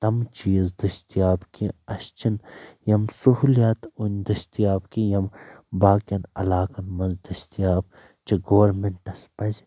تم چیٖز دٔستِیاب کیٚنہہ اسہِ چھنہٕ یم سہوٗلِیات وٕنۍ دٔستِیاب کیٚنہہ یِم باقین علاقن منٛز دٔستِیاب چھِ گورمنٹس پزِ